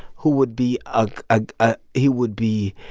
who would be a ah ah he would be